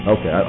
Okay